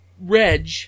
Reg